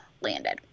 landed